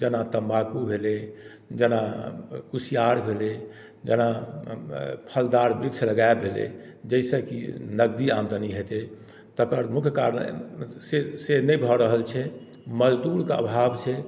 जेना तम्बाकू भेलय जेना कुशियार भेलय जेना फलदार वृक्ष लगायब भेलय जैसँ कि नकदी आमदनी हेतय तकर मुख्य कारण से से नहि भऽ रहल छै मजदूरके अभाव छै